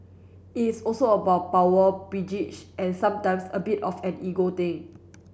it is also about power and sometimes a bit of an ego thing